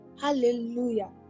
Hallelujah